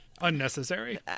unnecessary